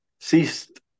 ceased